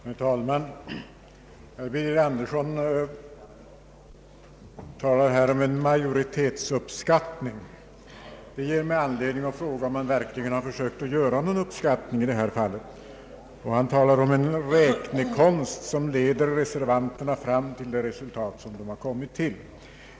Herr talman! Herr Birger Andersson talar om en majoritetsuppskattning. Det ger mig anledning fråga om man verkligen försökt göra någon uppskattning i detta fall. Han talar också om en räknekonst som leder reservanterna fram till de resultat de har kommit till.